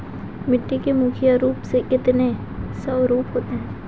मिट्टी के मुख्य रूप से कितने स्वरूप होते हैं?